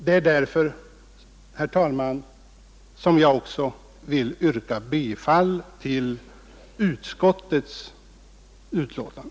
Det är därför, herr talman, som jag också vill yrka bifall till utskottets förslag.